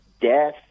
Death